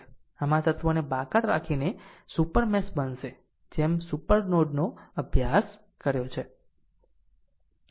આમ આ તત્વને બાકાત રાખીને સુપર મેશ બનશે જેમ સુપર નોડ નો અભ્યાસ કર્યો છે